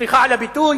סליחה על הביטוי,